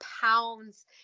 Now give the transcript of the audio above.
pounds